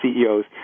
CEOs